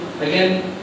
again